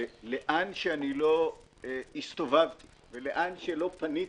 לאן שלא הסתובבתי ולאן שלא פניתי